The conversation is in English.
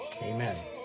Amen